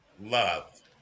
love